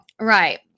Right